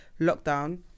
lockdown